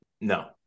No